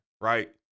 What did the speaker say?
right